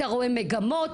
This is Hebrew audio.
אתה רואה מגמות,